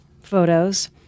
photos